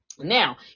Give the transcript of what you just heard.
Now